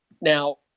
Now